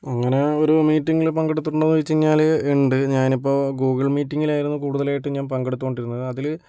അങ്ങനെ ഒരു മീറ്റിംഗിൽ പങ്കെടുത്തിട്ടുണ്ടോന്ന് വെച്ചു കഴിഞ്ഞാല് ഉണ്ട് ഞാനിപ്പോൾ ഗൂഗിൾ മീറ്റിങ്ങില് ആയിരുന്നു കൂടുതലായിട്ടും ഞാൻ പങ്കെടുത്തു കൊണ്ടിരുന്ന അതില്